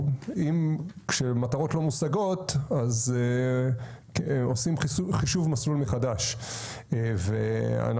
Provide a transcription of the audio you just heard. כשמטרות לא מושגות אז עושים חישוב מסלול מחדש וכן